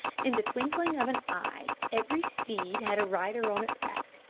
in the twinkling of an eye every steed had a rider on its back,